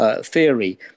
theory